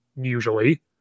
usually